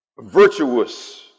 Virtuous